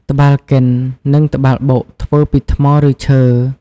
ត្បាល់កិន និងត្បាល់បុក ធ្វើពីថ្ម ឬឈើ។